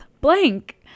Blank